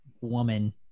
woman